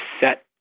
set